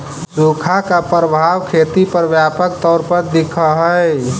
सुखा का प्रभाव खेती पर व्यापक तौर पर दिखअ हई